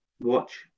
watch